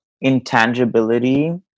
intangibility